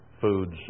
foods